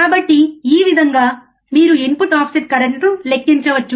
కాబట్టి ఈ విధంగా మీరు ఇన్పుట్ ఆఫ్సెట్ కరెంట్ను లెక్కించవచ్చు